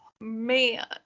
man